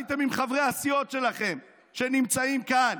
הייתם עם חברי הסיעות שלכם שנמצאים כאן,